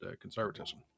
conservatism